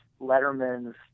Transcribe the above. Letterman's